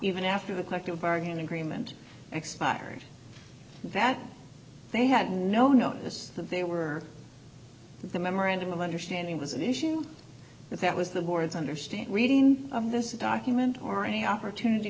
even after the collective bargaining agreement expires that they had no notice that they were the memorandum of understanding was issued but that was the board's understand reading of this document or any opportunity